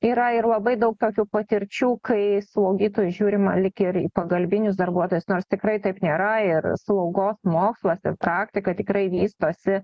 yra ir labai daug tokių patirčių kai į slaugytojus žiūrima lyg ir į pagalbinius darbuotojus nors tikrai taip nėra ir slaugos mokslas ir praktika tikrai vystosi